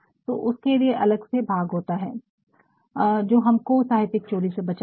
तो उसके लिए अलग से भाग होता है जो हमको साहित्यिक चोरी से बचाता है